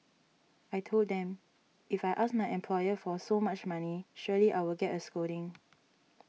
I told them if I ask my employer for so much money surely I will get a scolding